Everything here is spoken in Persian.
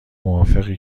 موافقی